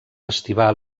estival